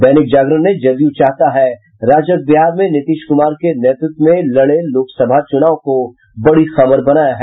दैनिक जागरण ने जदयू चाहता है राजग बिहार में नीतीश कुमार के नेतृत्व में लड़े लोकसभा चुनाव को बड़ी खबर बनाया है